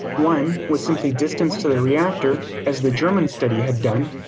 one was simply distance to the reactor, as the german study had done.